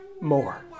more